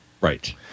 Right